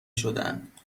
شدهاند